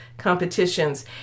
competitions